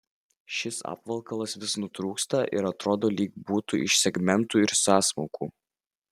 šis apvalkalas vis nutrūksta ir atrodo lyg būtų iš segmentų ir sąsmaukų